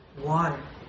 water